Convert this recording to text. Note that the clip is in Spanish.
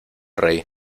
rey